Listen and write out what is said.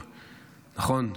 נכון?